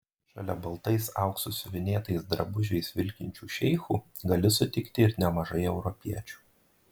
šalia baltais auksu siuvinėtais drabužiais vilkinčių šeichų gali sutikti ir nemažai europiečių